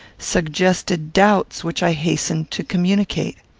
suggested doubts which i hastened to communicate.